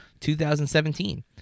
2017